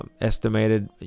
estimated